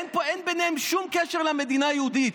אין להם שום קשר למדינה היהודית.